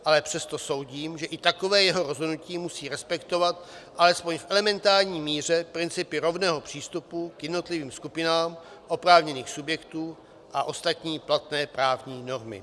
Ale přesto soudím, že i takové jeho rozhodnutí musí respektovat alespoň v elementární míře principy rovného přístupu k jednotlivým skupinám oprávněných subjektů a ostatní platné právní normy.